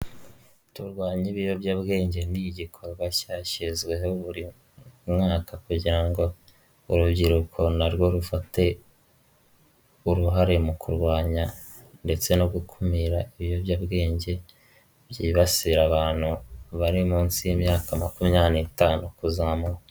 Turwanye ibiyobyabwenge ni igikorwa cyashyizweho buri mwaka kugira ngo urubyiruko na rwo rufate uruhare mu kurwanya ndetse no gukumira ibiyobyabwenge byibasira abantu bari munsi y'imyaka makumya n'itanu kuzamura.